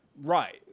Right